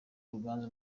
ruganzu